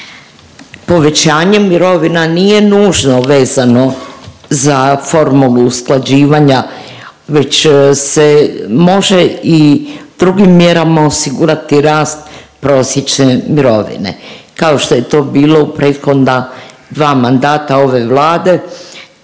povećanje mirovina nije nužno vezano za formulu usklađivanja, već se može i drugim mjerama osigurati rast prosječne mirovine, kao što je to bilo u prethodna dva mandata ove Vlade,